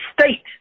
state